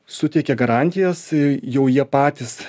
suteikia garantijas jau jie patys